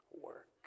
work